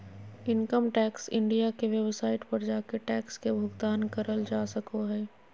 income tax India के website पर जाके टैक्स के भुगतान करल जा सको हय